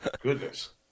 Goodness